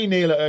Neil